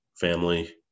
family